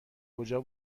کجا